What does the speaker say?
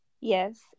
Yes